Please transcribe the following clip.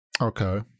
Okay